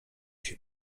się